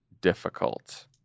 difficult